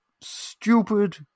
stupid